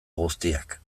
guztiak